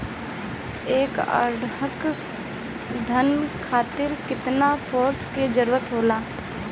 एक एकड़ धान खातीर केतना फास्फोरस के जरूरी होला?